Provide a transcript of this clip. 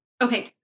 Okay